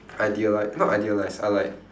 ideali~ not idealise I like